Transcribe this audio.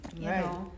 Right